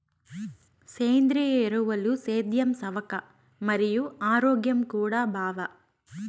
సేంద్రియ ఎరువులు సేద్యం సవక మరియు ఆరోగ్యం కూడా బావ